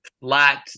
Flat